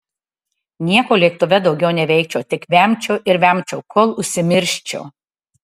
nieko lėktuve daugiau neveikčiau tik vemčiau ir vemčiau kol užsimirščiau